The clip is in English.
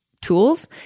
tools